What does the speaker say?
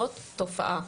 זאת תופעה.